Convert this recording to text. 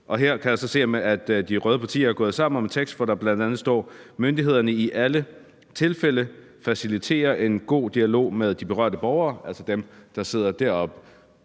Her kan jeg så se, at de røde partier er gået sammen om en vedtagelsestekst, hvor der bl.a. står: »at myndighederne i alle tilfælde faciliterer en god dialog med berørte borgere« – altså dem, der sidder deroppe.